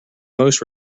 most